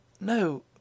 No